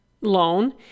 loan